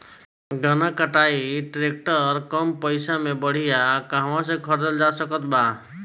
गन्ना कटाई ट्रैक्टर कम पैसे में बढ़िया कहवा से खरिदल जा सकत बा?